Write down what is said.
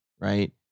Right